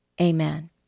Amen